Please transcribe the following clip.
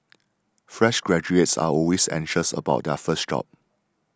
fresh graduates are always anxious about their first job